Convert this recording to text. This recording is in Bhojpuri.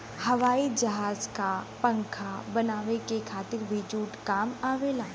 हवाई जहाज क पंखा बनावे के खातिर भी जूट काम आवेला